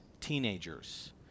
teenagers